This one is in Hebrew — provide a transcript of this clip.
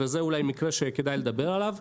וזה מקרה שכדאי לדבר עליו,